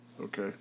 okay